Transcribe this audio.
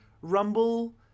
rumble